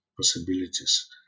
possibilities